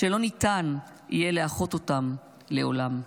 שלא ניתן יהיה לאחות אותם לעולם.